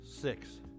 Six